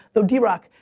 though, drock,